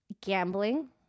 gambling